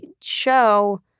show